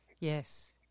yes